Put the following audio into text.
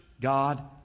God